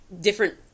different